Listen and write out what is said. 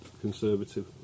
Conservative